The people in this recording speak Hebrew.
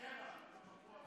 שבעה.